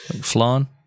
Flan